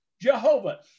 Jehovah